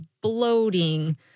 bloating